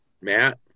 Matt